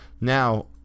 Now